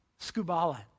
scubala